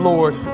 Lord